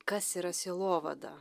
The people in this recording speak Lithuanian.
kas yra sielovada